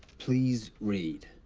please read.